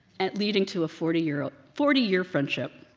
and leading to a forty year ah forty year friendship.